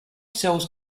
sells